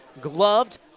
gloved